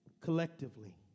collectively